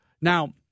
Now